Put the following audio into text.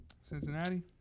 Cincinnati